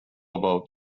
about